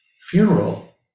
funeral